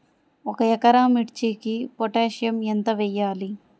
ఒక ఎకరా మిర్చీకి పొటాషియం ఎంత వెయ్యాలి?